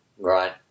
right